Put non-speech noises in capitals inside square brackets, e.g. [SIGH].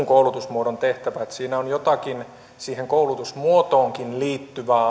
[UNINTELLIGIBLE] koulutusmuodon tehtävä ja että tässä on jotakin siihen koulutusmuotoonkin liittyvää [UNINTELLIGIBLE]